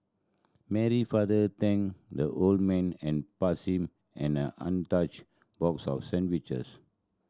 Mary father thanked the old man and passed him and an untouched box of sandwiches